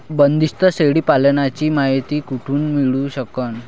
बंदीस्त शेळी पालनाची मायती कुठून मिळू सकन?